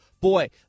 Boy